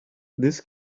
this